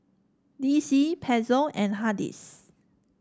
D C Pezzo and Hardy's